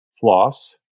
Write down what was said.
floss